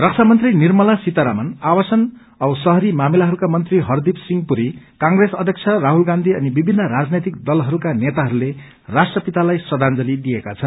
रक्षा मंत्री निर्मला सीतारमण आवासन औ शहरी मामिलाहरूको मंत्री हरदीप सिंह पूरी कांप्रेस अध्यख राहुत गान्थी अनि विभिन्न राजनैतिक दलहरूको नेताहरूले राष्ट्रपितालाई श्रदाजंली दिएका छन्